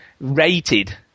rated